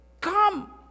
come